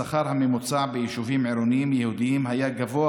השכר הממוצע ביישובים עירוניים יהודיים היה גבוה